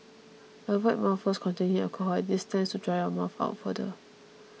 avoid mouthwash containing alcohol as this tends to dry your mouth out further